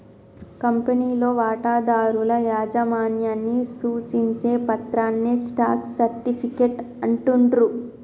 కంపెనీలో వాటాదారుల యాజమాన్యాన్ని సూచించే పత్రాన్నే స్టాక్ సర్టిఫికేట్ అంటుండ్రు